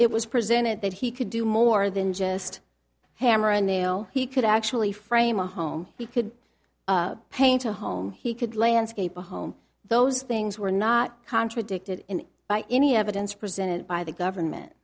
it was presented that he could do more than just hammer a nail he could actually frame a home he could paint a home he could landscape a home those things were not contradicted by any evidence presented by the government